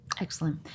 Excellent